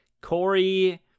Corey